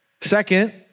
Second